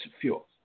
fuel